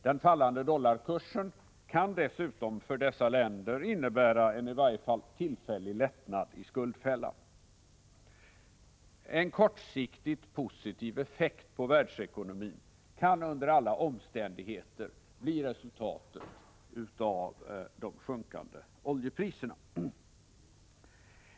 Den fallande dollarkursen kan dessutom för dessa länder innebära en i varje fall tillfällig lättnad i skuldfällan. En kortsiktigt positiv effekt på världsekonomin kan under alla omständigheter bli resultatet av de sjunkande oljepriserna.